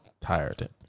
tired